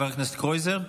חבר הכנסת קרויזר.